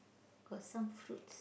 got some fruits